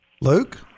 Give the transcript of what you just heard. Luke